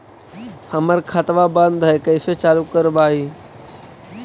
हमर खतवा बंद है कैसे चालु करवाई?